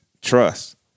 trust